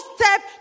step